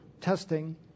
testing